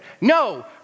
No